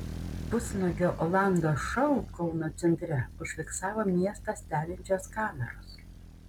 pusnuogio olando šou kauno centre užfiksavo miestą stebinčios kameros